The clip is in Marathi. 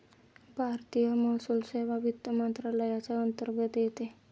भारतीय महसूल सेवा वित्त मंत्रालयाच्या अंतर्गत येते